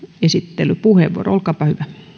esittelypuheenvuoro olkaapa